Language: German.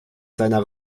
seiner